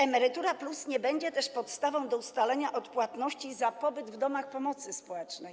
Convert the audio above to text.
Emerytura+” nie będzie też podstawą do ustalenia odpłatności za pobyt w domach pomocy społecznej.